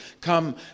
come